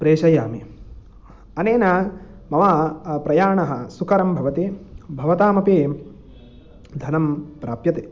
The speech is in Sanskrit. प्रेषयामि अनेन मम प्रयाणः सुकरं भवति भवतामपि धनं प्राप्यते